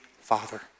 Father